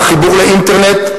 חבילה: חיבור לאינטרנט,